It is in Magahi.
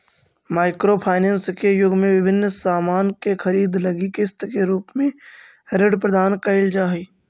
माइक्रो फाइनेंस के युग में विभिन्न सामान के खरीदे लगी किस्त के रूप में ऋण प्रदान कईल जा हई